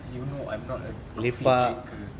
you know I'm not a coffee drinker